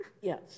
Yes